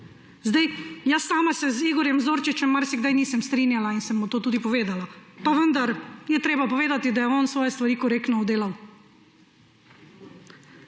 Jaz sama se z Igorjem Zorčičem marsikdaj nisem strinjala in sem mu to tudi povedala, pa vendar je treba povedati, da je on svoje stvari korektno oddelal.